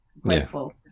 grateful